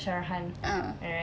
ah